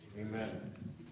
Amen